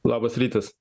labas rytas